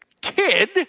kid